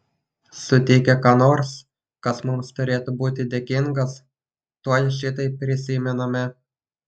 sutikę ką nors kas mums turėtų būti dėkingas tuoj šitai prisimename